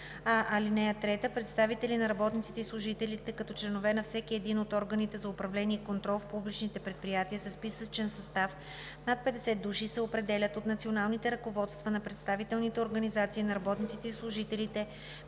а) „ (3) Представители на работниците и служителите като членове на всеки един от органите за управление и контрол в публичните предприятия със списъчен състав над 50 души се определят от националните ръководства на представителните организации на работниците и служителите